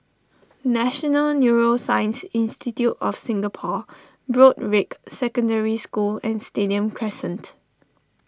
National Neuroscience Institute of Singapore Broadrick Secondary School and Stadium Crescent